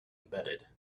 embedded